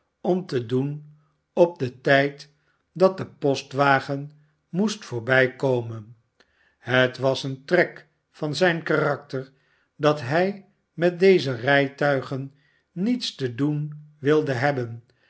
om te doen op den tijd dat de postwagen moest voorbijkomen het was een trek van zijn karakter dat hij met deze rijtuigen niets te doen wilde hebben